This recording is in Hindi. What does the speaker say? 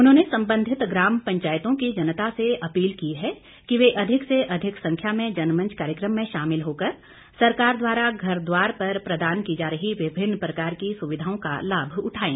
उन्होंने संबंधित ग्राम पंचायतों की जनता से अपील की है कि वे अधिक से अधिक संख्या में जनमंच कार्यक्रम में शामिल होकर सरकार द्वारा घर द्वार पर प्रदान की जा रही विभिन्न प्रकार की सुविधाओं का लाभ उठाएं